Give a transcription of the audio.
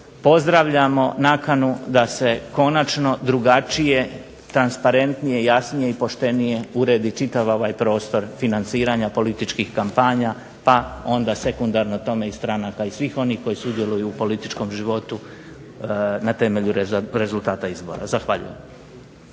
pozdravljamo nakanu da se konačno drugačije transparentnije, jasnije i poštenije uredi čitav ovaj prostor financiranja političkih kampanja pa onda sekundarno tome i stranaka i svih onih koji sudjeluju u političkom životu na temelju rezultata izbora. Zahvaljujem.